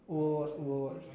Overwatch Overwatch